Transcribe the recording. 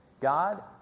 God